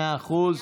מאה אחוז.